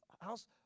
house